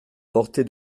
portée